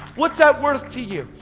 what's that worth to you?